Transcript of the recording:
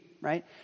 right